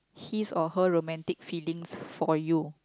his or her romantic feelings for you